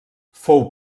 fou